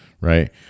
right